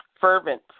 fervent